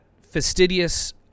fastidious